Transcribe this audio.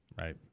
Right